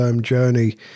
journey